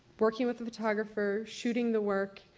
working with the photographer, shooting the work,